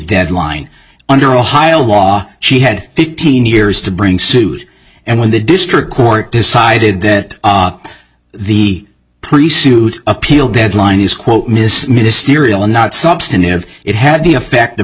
deadline under ohio law she had fifteen years to bring suit and when the district court decided that the appeal deadline is quote mis ministerial and not substantive it had the effect of